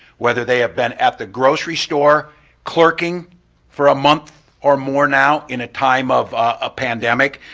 whether they have been at the grocery store clerking for a month or more now in a time of a pandemic,